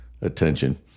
attention